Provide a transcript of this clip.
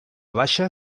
baixa